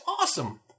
awesome